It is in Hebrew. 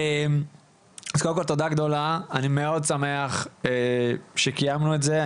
תודה גדולה, אני מאוד שמח שקיימנו את זה.